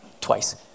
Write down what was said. twice